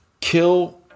kill